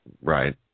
Right